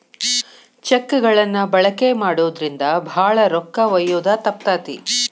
check ಗಳನ್ನ ಬಳಕೆ ಮಾಡೋದ್ರಿಂದ ಭಾಳ ರೊಕ್ಕ ಒಯ್ಯೋದ ತಪ್ತತಿ